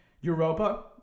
Europa